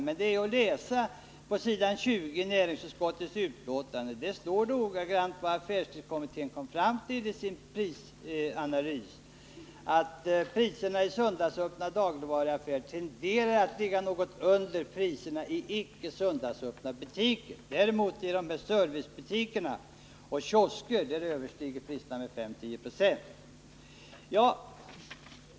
Man kan läsa på s. 20 i näringsutskottets betänkande. Där står det vad affärstidskommittén kom fram till i sin prisanalys: ”Priserna i söndagsöppna dagligvarubutiker tenderar att ligga något under priserna i icke söndagsöppna butiker.” Priserna i servicebutikerna överstiger priserna i dagligvaruhandeln med 5-10 &.